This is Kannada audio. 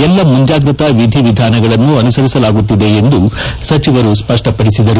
ಎಲ್ಲಾ ಮುಂಜಾಗ್ರತಾ ವಿಧಿವಿಧಾನಗಳನ್ನು ಅನುಸರಿಸಲಾಗುತ್ತಿದೆ ಎಂದು ಸಚಿವರು ಸ್ಪಪಡಿಸಿದರು